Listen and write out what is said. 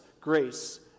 grace